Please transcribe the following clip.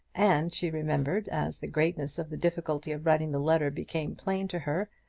and she remembered, as the greatness of the difficulty of writing the letter became plain to her,